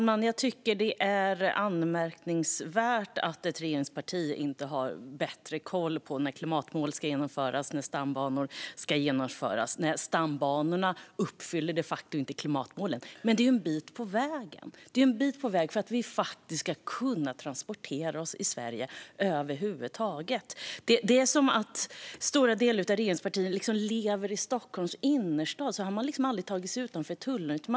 Fru talman! Det är anmärkningsvärt att ett regeringsparti inte har bättre koll på när klimatmål och stambanor ska genomföras. Nej, med stambanorna nås inte klimatmålen, men det är en bit på väg för att vi ska kunna transportera oss i Sverige över huvud taget. Det är som att stora delar av regeringspartierna lever i Stockholms innerstad och aldrig tagit sig utanför tullarna.